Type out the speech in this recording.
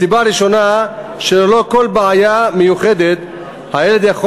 הסיבה הראשונה היא שללא כל בעיה מיוחדת הילד יכול